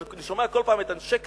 אני שומע כל פעם את אנשי קדימה: